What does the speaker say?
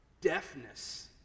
deafness